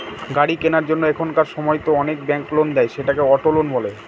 গাড়ি কেনার জন্য এখনকার সময়তো অনেক ব্যাঙ্ক লোন দেয়, সেটাকে অটো লোন বলে